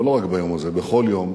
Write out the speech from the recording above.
אבל לא רק ביום הזה, בכל יום,